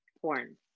porn